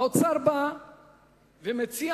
האוצר מציע